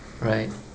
right